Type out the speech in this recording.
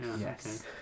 Yes